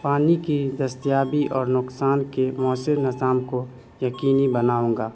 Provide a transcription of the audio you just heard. پانی کی دستیابی اور نقصان کے مؤثر نظام کو یقینی بناؤں گا